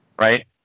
right